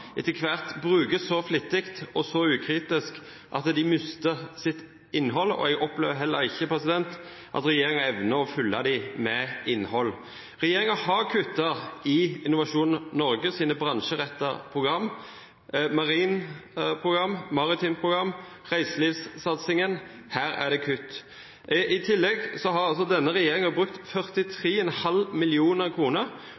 etter hvert brukes så flittig og så ukritisk at de mister sitt innhold. Jeg opplever heller ikke at regjeringen evner å fylle dem med innhold. Regjeringen har kuttet i Innovasjon Norges bransjerettede programmer – i marint program, i maritimt program og i reiselivssatsingen er det kutt. I tillegg har denne regjeringen brukt 43,5